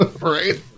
right